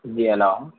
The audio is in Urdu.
جی ہلو